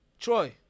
Troy